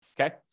Okay